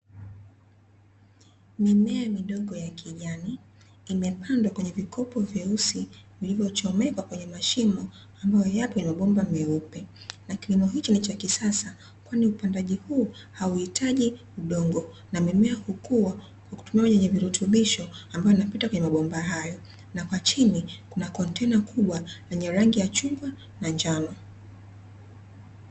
Mimea midogo ya kijani, imepandwa kwenye vikopo veusi vilivyochomekwa kwenye mashimo, ambayo yapo kwenye mabomba meupe, na kilmo hicho ni cha kisasa kwani upandaji huu hauhitaji udongo, na mimea hukua kwa kutumia virutubishoo ambavyo hupita kwenye mabomba hayo, na kwa chini kuna kontena kubwa lenye rangi ya na njano.